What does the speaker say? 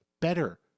better